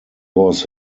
was